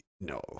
no